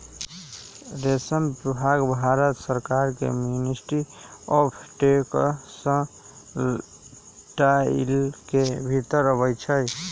रेशम विभाग भारत सरकार के मिनिस्ट्री ऑफ टेक्सटाइल के भितर अबई छइ